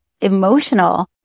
emotional